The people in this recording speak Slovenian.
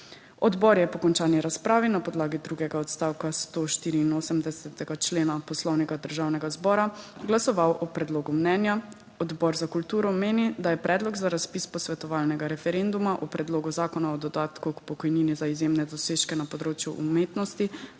Odbor je po končani razpravi na podlagi drugega odstavka 184. člena Poslovnika Državnega zbora glasoval o predlogu mnenja. Odbor za kulturo meni, da je Predlog za razpis posvetovalnega referenduma o Predlogu zakona o dodatku k pokojnini za izjemne dosežke na področju umetnosti